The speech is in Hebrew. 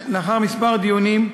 לאחר כמה דיונים,